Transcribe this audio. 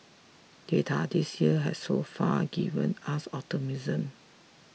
data this year has so far given us optimism